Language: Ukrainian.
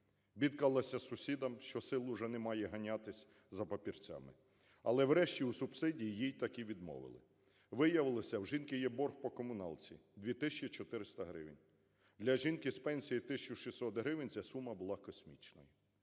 бідкалася сусідам, що сил уже немає ганятись за папірцями, але врешті у субсидії їй-таки відмовили. Виявилося, в жінки є борг по комуналці – 2 тисячі 400 гривень. Для жінки з пенсією 1 тисячу 600 гривень ця сума була космічною.